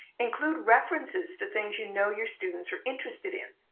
include references to things you know your students are interested in.